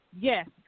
Yes